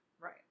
Right